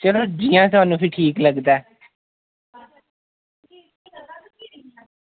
चलो जियां थुआनू फ्ही ठीक लगदा ऐ